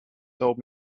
told